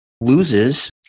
loses